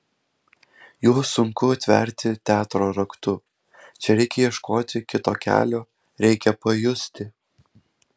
juos sunku atverti teatro raktu čia reikia ieškoti kito kelio reikia pajusti